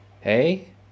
hey